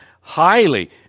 highly